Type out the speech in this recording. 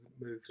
movie